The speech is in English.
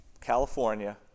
California